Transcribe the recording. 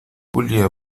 julia